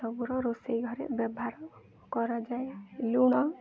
ସବୁର ରୋଷେଇ ଘରେ ବ୍ୟବହାର କରାଯାଏ ଲୁଣ